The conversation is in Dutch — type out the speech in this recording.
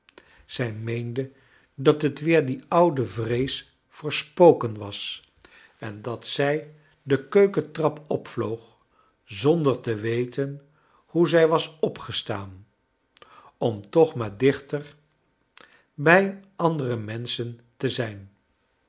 zij meende dat het weer die oude vrees voor spoken was en dat zij de keukentrap opvloog zonder te weten hoe zij was opgestaan om toch maar dichter bij andere menschen te zijn